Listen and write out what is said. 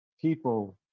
people